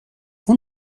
اون